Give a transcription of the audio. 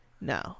No